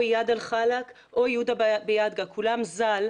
או איאד אל חלאק, או יהודה ביאדגה, כולם ז"ל,